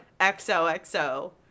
xoxo